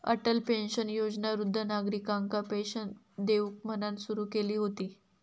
Atal pension योजना वृद्ध नागरिकांका पेंशन देऊक म्हणान सुरू केली हुती